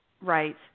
Right